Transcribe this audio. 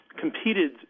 competed